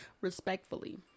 Respectfully